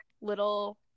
little